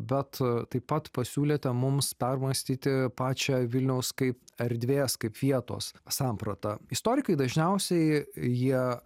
bet taip pat pasiūlėte mums permąstyti pačią vilniaus kaip erdvės kaip vietos sampratą istorikai dažniausiai jie